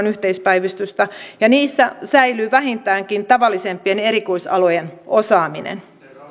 yhteispäivystystä ja niissä säilyy vähintäänkin tavallisempien erikoisalojen osaaminen